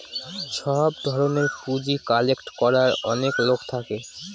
সব ধরনের পুঁজি কালেক্ট করার অনেক লোক থাকে